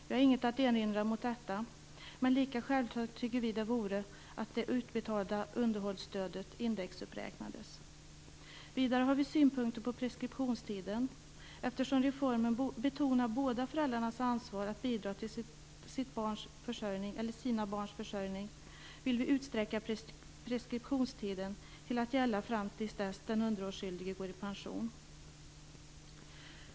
Vi har inget att erinra mot detta, men lika självklart tycker vi att det vore att det utbetalda underhållsstödet indexuppräknades. Vidare har vi synpunkter på preskriptionstiden, eftersom reformen betonar båda föräldrarnas ansvar att bidra till sina barns försörjning vill vi utsträcka preskriptionstiden till att gälla tills dess den underhållsskyldige går i pension.